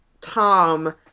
Tom